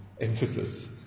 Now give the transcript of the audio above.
emphasis